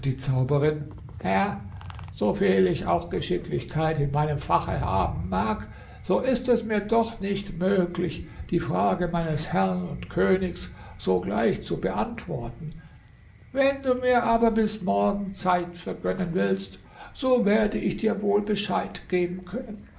zauberin herr so viel ich auch geschicklichkeit in meinem fache haben mag so ist es mir doch nicht möglich die frage meines herrn und königs sogleich zu beantworten wenn du mir aber bis morgen zeit vergönnen willst so werde ich dir wohl bescheid geben können